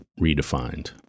redefined